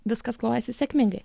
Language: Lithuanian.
viskas klojasi sėkmingai